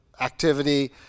activity